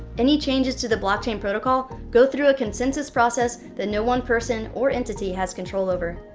any changes to the blockchain protocol go through a consensus process that no one person or entity has control over.